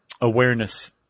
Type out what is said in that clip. awareness